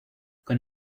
con